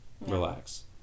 Relax